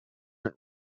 ring